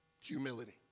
humility